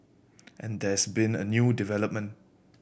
and there's been a new development